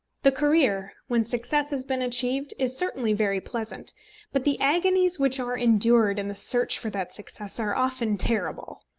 the career, when success has been achieved, is certainly very pleasant but the agonies which are endured in the search for that success are often terrible.